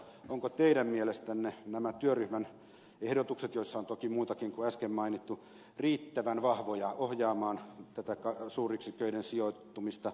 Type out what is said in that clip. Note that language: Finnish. ovatko teidän mielestänne nämä työryhmän ehdotukset joissa on toki muutakin kuin äsken mainittu riittävän vahvoja ohjaamaan suuryksiköiden sijoittumista